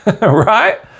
right